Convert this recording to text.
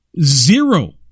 Zero